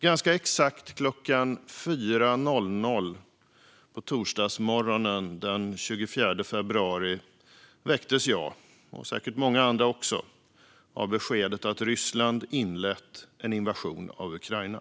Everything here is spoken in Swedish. Ganska exakt klockan 04.00 på torsdagsmorgonen den 24 februari väcktes jag, och säkert många andra också, av beskedet att Ryssland inlett en invasion av Ukraina.